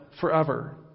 forever